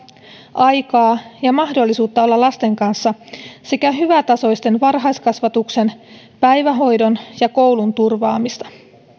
aikaa ja mahdollisuutta olla lasten kanssa sekä hyvätasoisen varhaiskasvatuksen päivähoidon ja koulun turvaamista